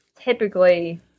typically